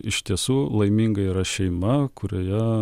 iš tiesų laiminga yra šeima kurioje